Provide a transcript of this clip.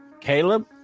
Caleb